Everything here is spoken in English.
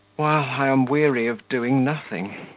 while i am weary of doing nothing,